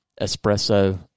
espresso